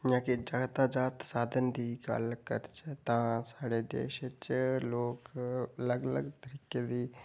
जियां के यातायात दे साधन दी गल्ल करचै तां साढ़े देश च लोक अलग अलग तरीके दी